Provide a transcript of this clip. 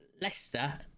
Leicester